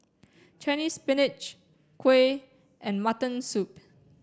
Chinese Spinach Kuih and Mutton Soup